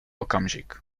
okamžik